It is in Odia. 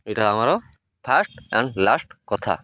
ଏଇଟା ଆମର ଫାଷ୍ଟ ଆଣ୍ଡ ଲାଷ୍ଟ କଥା